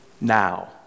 now